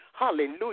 Hallelujah